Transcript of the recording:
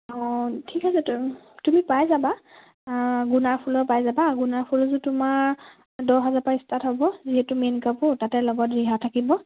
অঁ ঠিক আছে তুমি তুমি পাই যাবা গুণা ফুলৰ পাই যাবা গুণা ফুলযোৰ তোমাৰ দহ হাজাৰৰ পৰা ষ্টাৰ্ট হ'ব যিহেতু মেইন কাপোৰ তাতে ৰিহা থাকিব